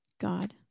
god